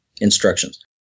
instructions